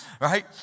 right